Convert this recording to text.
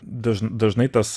dažn dažnai tas